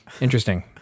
interesting